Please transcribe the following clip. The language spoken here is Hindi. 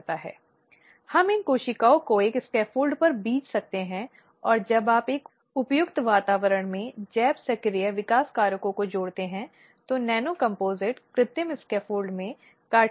90 दिनों के भीतर शिकायत दर्ज होने के तीन महीने या 90 दिनों के भीतर पूरी शिकायत की जांच की जानी चाहिए और नियोक्ता को एक रिपोर्ट सौंपी जानी चाहिए